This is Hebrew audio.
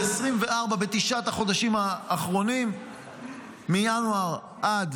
ב-2024 בתשעת החודשים האחרונים מינואר עד